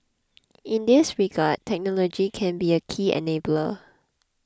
in this regard technology can be a key enabler